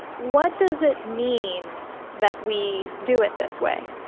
what does it mean that we do it this way?